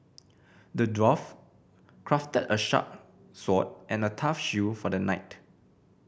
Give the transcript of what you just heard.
the dwarf crafted a sharp sword and a tough shield for the knight